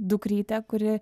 dukrytę kuri